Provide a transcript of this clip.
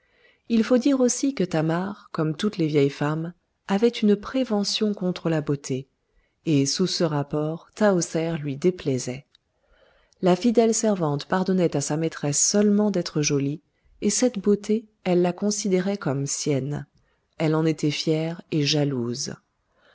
il faut dire aussi que thamar comme toutes les vieilles femmes avait une prévention contre la beauté et sous ce rapport tahoser lui déplaisait la fidèle servante pardonnait à sa maîtresse seulement d'être jolie et cette beauté elle la considérait comme sienne elle en était fière et jalouse